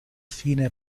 fine